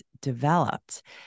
developed